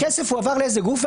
הכסף עבר לאיזשהו גוף,